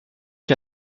ich